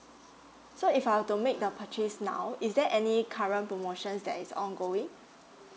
so if I were to make the purchase now is there any current promotions that is ongoing